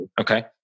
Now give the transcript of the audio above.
Okay